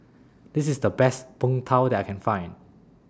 This IS The Best Png Tao that I Can Find